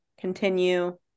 continue